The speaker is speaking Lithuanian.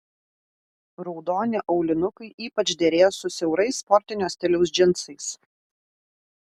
raudoni aulinukai ypač derės su siaurais sportinio stiliaus džinsais